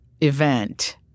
event